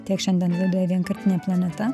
tiek šiandien laidoj vienkartinė planeta